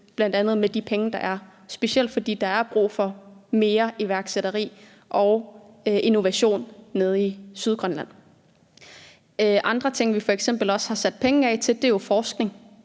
bl.a. med de penge, der er, specielt fordi der er brug for mere iværksætteri og innovation nede i Sydgrønland. Andre ting, vi f.eks. også har sat penge af til, er jo forskning.